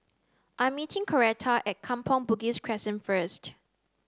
I meeting Coretta at Kampong Bugis Crescent first